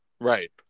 Right